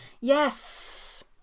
Yes